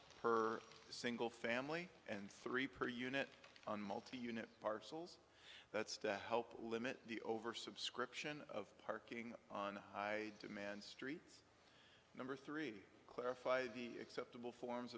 her single family and three per unit on multi unit parcels that's to help limit the oversubscription of parking on high demand street number three clarify acceptable forms